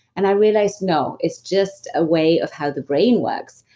and i realized, no, it's just a way of how the brain works.